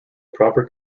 proper